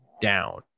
down